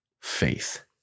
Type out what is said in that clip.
faith